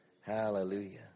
Hallelujah